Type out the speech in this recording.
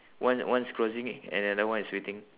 one one is crossing and another one is waiting